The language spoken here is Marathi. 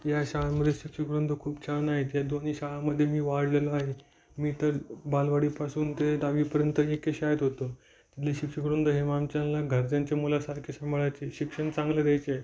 या शाळांमध्ये शिक्षकवृंद खूप छान आहे त्या दोघी शाळांमध्ये मी वाढलेलो आहे मी इथलं बालवाडीपासून ते दहावीपर्यंत एके शाळेत होतो इथले शिक्षकवृंद हे आमच्याला घरच्यांचे मुलासारखे सांभाळायचे शिक्षण चांगलं द्यायचे